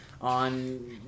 on